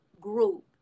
group